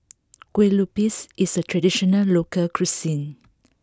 Kueh Lupis is a traditional local cuisine